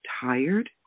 tired